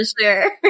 sure